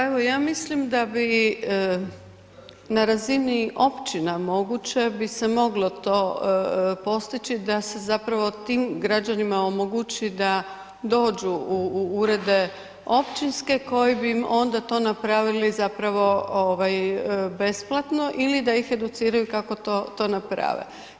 Pa evo ja mislim da bi na razini općina moguće bi se moglo to postići da se zapravo tim građanima omogući da dođu u urede općinske koji bi onda to napravili zapravo besplatno ili da ih educiraju kako to naprave.